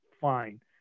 fine